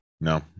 No